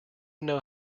know